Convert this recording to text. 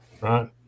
right